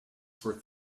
for